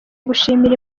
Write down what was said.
gushimira